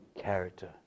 character